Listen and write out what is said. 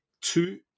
two